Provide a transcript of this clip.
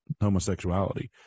homosexuality